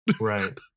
right